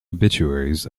obituaries